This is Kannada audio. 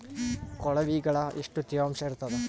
ಕೊಳವಿಗೊಳ ಎಷ್ಟು ತೇವಾಂಶ ಇರ್ತಾದ?